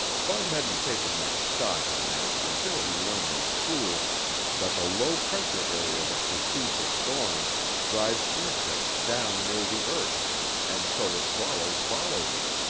bud hadn't taken much stock in that until he learned in school that the low-pressure area that precedes a storm drives insects down near the earth and so the swallows follow them.